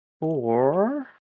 Four